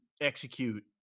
execute